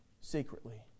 secretly